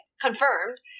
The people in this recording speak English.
confirmed